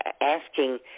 asking